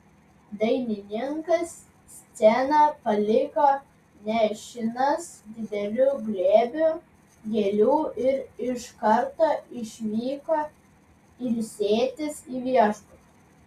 dainininkas sceną paliko nešinas dideliu glėbiu gėlių ir iš karto išvyko ilsėtis į viešbutį